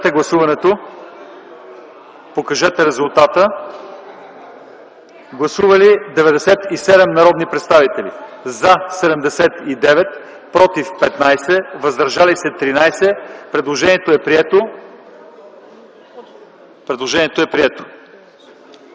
Предложението е прието.